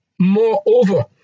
Moreover